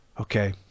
Okay